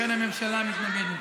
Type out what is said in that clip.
לכן הממשלה מתנגד.